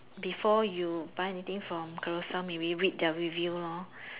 before you buy anything from Carousell maybe read the review lor